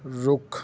ਰੁੱਖ